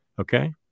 Okay